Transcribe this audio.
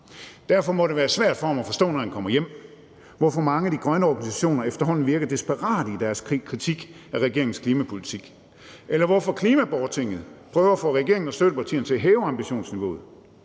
Derfor må det være svært for ham at forstå, når han kommer hjem, hvorfor mange af de grønne organisationer efterhånden virker desperate i deres kritik af regeringens klimapolitik, hvorfor Klimaborgertinget prøver at få regeringen og støttepartierne til at hæve ambitionsniveauet,